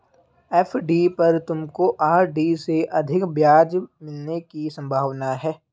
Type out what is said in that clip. FD पर तुमको RD से अधिक ब्याज मिलने की संभावना है